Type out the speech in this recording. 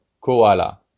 Koala